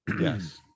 yes